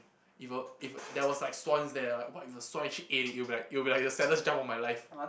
if a if there was like swans there what if a swan actually eat it it would be like it would be like the saddest jump of my life